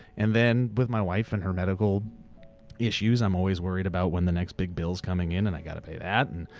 and, then, with my wife and her medical issues i'm always worried about when the next big bill's coming in. and i gotta pay that. and